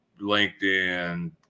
LinkedIn